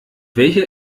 welcher